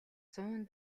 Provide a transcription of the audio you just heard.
зуун